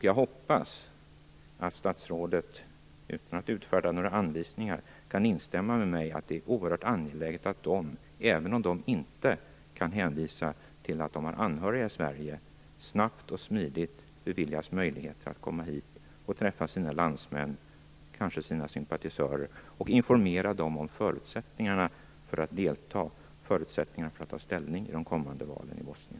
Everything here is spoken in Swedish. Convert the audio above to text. Jag hoppas att statsrådet, utan att utfärda några anvisningar, kan instämma med mig i att dessa representanter, även om de inte kan hänvisa till att de har anhöriga i Sverige, snabbt och smidigt beviljas möjlighet att komma hit och träffa sina landsmän och kanske sina sympatisörer och informera dem om förutsättningarna för att ta ställning och delta i de kommande valen i Bosnien.